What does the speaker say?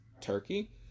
Turkey